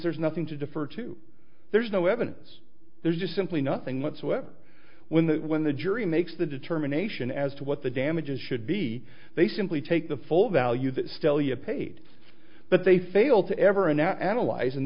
there's nothing to defer to there's no evidence there's just simply nothing whatsoever when the when the jury makes the determination as to what the damages should be they simply take the full value that stallion paid but they fail to ever now analyze and